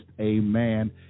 Amen